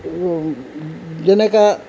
যেনেকৈ